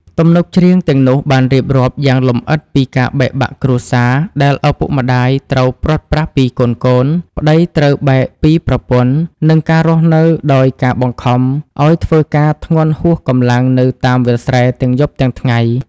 ទំនុកច្រៀងទាំងនោះបានរៀបរាប់យ៉ាងលម្អិតពីការបែកបាក់គ្រួសារ ដែលឪពុកម្តាយត្រូវព្រាត់ប្រាស់ពីកូនៗ ប្តីត្រូវបែកពីប្រពន្ធ និងការរស់នៅដោយការបង្ខំឲ្យធ្វើការធ្ងន់ហួសកម្លាំងនៅតាមវាលស្រែទាំងយប់ទាំងថ្ងៃ។